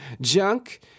Junk